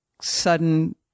sudden